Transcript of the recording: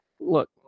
Look